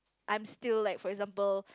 I'm still like for example